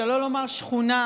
שלא לומר שכונה,